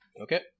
Okay